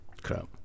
crap